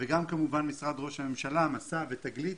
וגם כמובן עם משרד ראש הממשלה, 'מסע' ו'תגלית'.